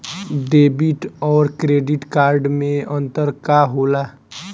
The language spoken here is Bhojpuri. डेबिट और क्रेडिट कार्ड मे अंतर का होला?